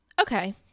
Okay